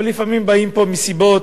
אבל לפעמים באים לפה מסיבות